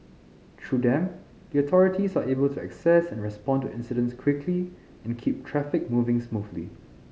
through them the authorities are able to assess and respond to incidents quickly and keep traffic moving smoothly